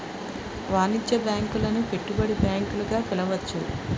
వాణిజ్య బ్యాంకులను పెట్టుబడి బ్యాంకులు గా పిలవచ్చు